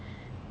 ya